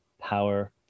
power